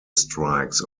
strikes